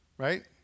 right